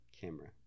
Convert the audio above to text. camera